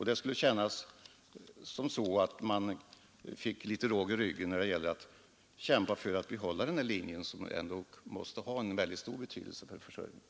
Det skulle kännas som om man fick litet råg i ryggen när det gäller att kämpa för att behålla den här linjen, som ju ändå måste ha en mycket stor betydelse för transportförsörjningen.